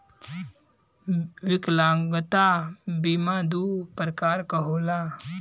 विकलागंता बीमा दू प्रकार क होला